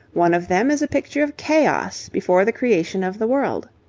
one of them is a picture of chaos before the creation of the world.